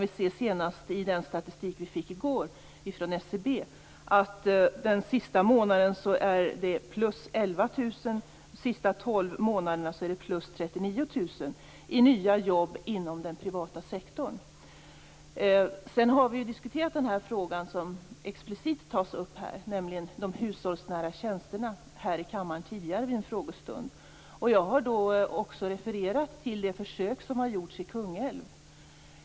I den statistik som vi fick i går från SCB kan vi se att den senaste månaden var det 11 000 Vi har tidigare här i kammaren vid en frågestund diskuterat den fråga som explicit tas upp här, nämligen de hushållsnära tjänsterna, och jag har då också refererat till det försök som har gjorts i Kungälv.